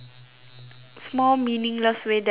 small meaningless way that I rebelled ah